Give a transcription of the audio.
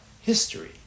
history